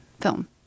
film